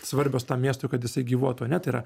svarbios tam miestui kad jis gyvuotų ane tai yra